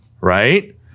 right